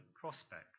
prospect